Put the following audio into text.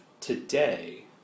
today